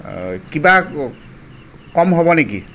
কিবা কম হ'ব নেকি